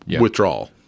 withdrawal